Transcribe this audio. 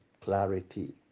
clarity